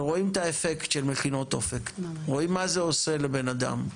ורואים את האפקט של מכינות אופק רואים מה זה עושה לבן אדם.